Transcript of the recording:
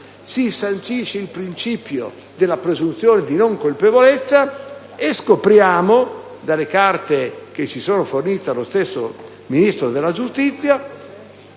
Si sancisce il principio della presunzione di non colpevolezza e scopriamo, dalle carte fornite dallo stesso Ministro della giustizia,